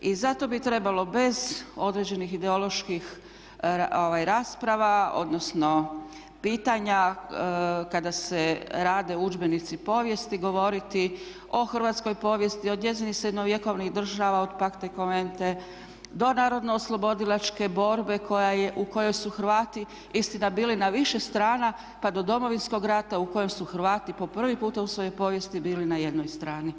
I zato bi trebalo bez određenih ideoloških rasprava, odnosno pitanja kada se rade udžbenici povijesti govoriti o hrvatskoj povijesti, od njezinih srednjovjekovnih država, od Pacte convente do narodno oslobodilačke borbe u kojoj su Hrvati istina bili na više strana, pa do Domovinskog rata u kojem su Hrvati po prvi puta u svojoj povijesti bili na jednoj strani.